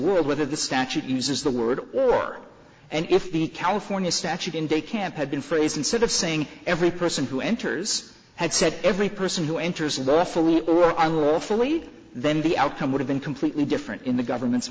world whether the statute uses the word or and if the california statute in the camp had been phrased instead of saying every person who enters had said every person who enters an awfully i will fully then the outcome would have been completely different in the government's